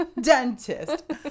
dentist